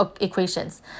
equations